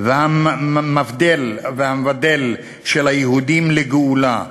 והמבדל של היהודים לגאולה,